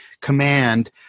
Command